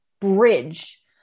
bridge